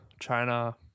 china